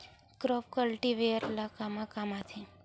Crop cultivator ला कमा काम आथे?